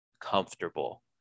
comfortable